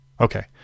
okay